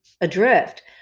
adrift